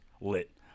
lit